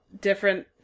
different